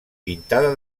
pintada